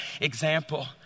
example